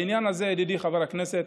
בעניין הזה, ידידי חבר הכנסת,